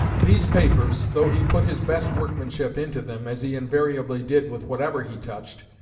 these papers, though he put his best workmanship into them, as he invariably did with whatever he touched,